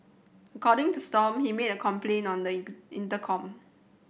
according to Stomp he made a complaint on the in intercom